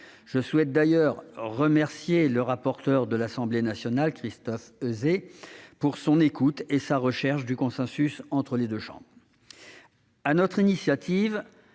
Je souhaite d'ailleurs remercier le rapporteur de l'Assemblée nationale, Christophe Euzet, pour son écoute et sa recherche d'un consensus entre les deux chambres.